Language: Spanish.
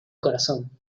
corazón